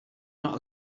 not